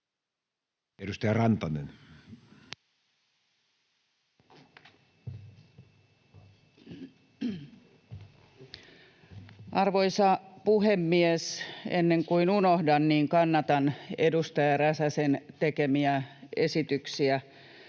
16:05 Content: Arvoisa puhemies! Ennen kuin unohdan, niin kannatan edustaja Räsäsen tekemiä esityksiä